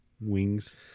wings